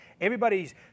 Everybody's